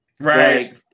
Right